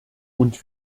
und